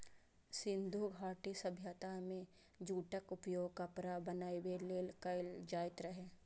सिंधु घाटी सभ्यता मे जूटक उपयोग कपड़ा बनाबै लेल कैल जाइत रहै